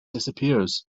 disappears